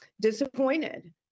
disappointed